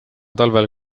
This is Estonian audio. talvel